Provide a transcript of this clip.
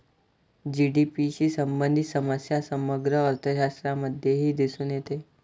GDP शी संबंधित समस्या समग्र अर्थशास्त्रामध्येही दिसून येते